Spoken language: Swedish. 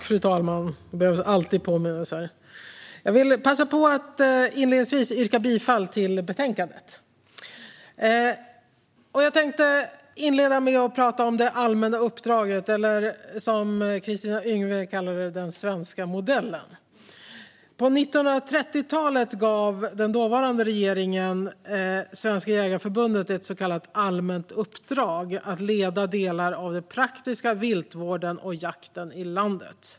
Fru talman! Jag vill passa på att inledningsvis yrka bifall till utskottets förslag i betänkandet. Jag tänkte inleda med att tala om det allmänna uppdraget, eller som Kristina Yngwe kallade det: Den svenska modellen. På 1930-talet gav den dåvarande regeringen Svenska Jägareförbundet ett så kallat allmänt uppdrag att leda delar av den praktiska viltvården och jakten i landet.